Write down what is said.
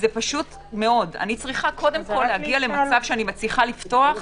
אני צריכה קודם כל להגיע למצב שאני מצליחה לפתוח,